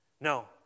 No